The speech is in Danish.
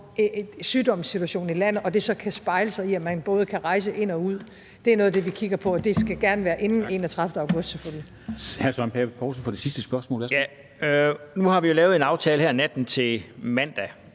sygdomssituationen i landet og det så kan afspejle sig, i at man både kan rejse ind og ud. Det er noget af det, vi kigger på, og det skal selvfølgelig gerne være inden den 31. august.